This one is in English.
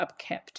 upkept